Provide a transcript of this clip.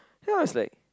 then I was like